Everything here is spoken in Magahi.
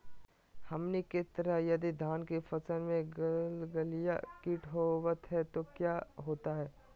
हमनी के तरह यदि धान के फसल में गलगलिया किट होबत है तो क्या होता ह?